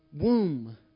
womb